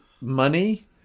money